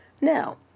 Now